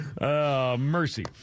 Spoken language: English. Mercy